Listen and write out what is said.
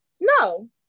No